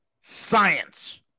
science